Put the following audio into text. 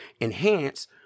enhance